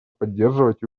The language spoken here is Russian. поддерживать